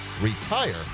retire